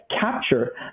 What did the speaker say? capture